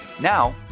Now